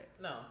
No